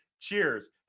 Cheers